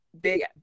big